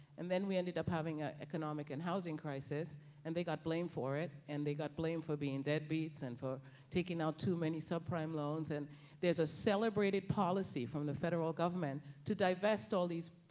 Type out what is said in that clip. and then we ended up having an ah economic and housing crisis and they got blamed for it and they got blamed for being deadbeats and for taking out too many subprime loans. and there's a celebrated policy from the federal government to divest all these,